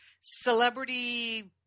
celebrity